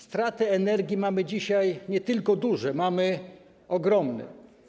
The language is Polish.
Straty energii mamy dzisiaj nie tylko duże, mamy ogromne.